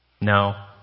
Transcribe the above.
No